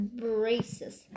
braces